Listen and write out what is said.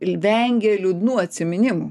il vengia liūdnų atsiminimų